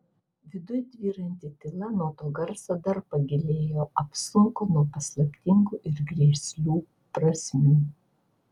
viduj tvyranti tyla nuo to garso dar pagilėjo apsunko nuo paslaptingų ir grėslių prasmių